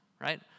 right